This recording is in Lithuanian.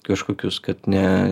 kažkokius kad ne